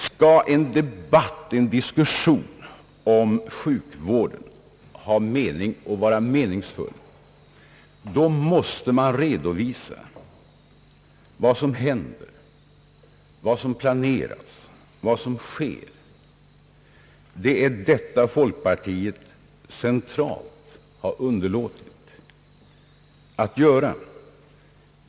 Men skall en diskussion om sjukvården vara meningsfull, måste man redovisa vad som händer och sker och vad som planeras. Det är detta folkpartiet notoriskt har underlåtit att göra.